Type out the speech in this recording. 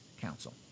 Council